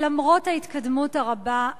ולמרות ההתקדמות הרבה,